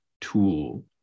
tool